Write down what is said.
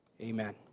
Amen